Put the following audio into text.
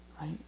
right